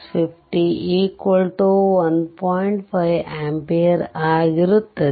5 ampere ಆಗಿರುತ್ತದೆ